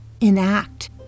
enact